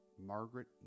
Margaret